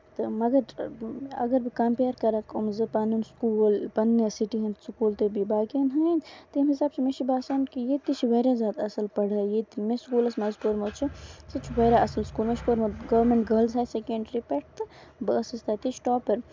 تہٕ مَگر اَگر بہٕ کَمپِیر کرکھ أمۍ زٕ پَنٕںۍ سکوٗل پَنٕنۍ نہِ سِٹی ہُند سکوٗل تہٕ بیٚیہِ باقین ہٕندۍ تَمہِ حِسابہٕ چھُ مےٚ چھُ باسان کہِ ییٚتہِ تہِ چھُ واریاہ زیادٕ اَصٕل پَڑے ییٚتہِ مےٚ سکوٗلن منٛز مےٚ پوٚرمُت چھُ سُہ تہِ چھُ واریاہ اَصٕل سکوٗل مےٚ چھُ پوٚرمُت گورمینٹ گرلٔز ہایر سیکنڑری پٮ۪ٹھ تہٕ بہٕ ٲسٕس تَتِچ ٹاپر